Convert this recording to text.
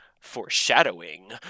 foreshadowing